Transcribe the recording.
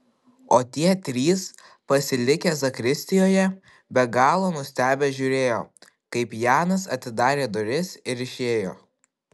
o tie trys pasilikę zakristijoje be galo nustebę žiūrėjo kaip janas atidarė duris ir išėjo